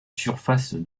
surface